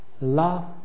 love